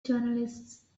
journalists